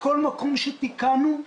בכל מקום שבו הם תיקנו,